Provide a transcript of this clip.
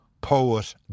Poet